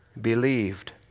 believed